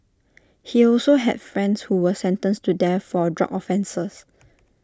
he also had friends who were sentenced to death for drug offences